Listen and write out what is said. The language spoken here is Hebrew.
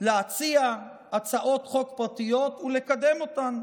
להציע הצעות חוק פרטיות ולקדם אותן,